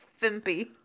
Fimpy